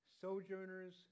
Sojourners